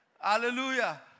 Hallelujah